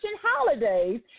holidays